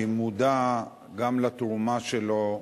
אני מודע גם לתרומה שלו לצבא,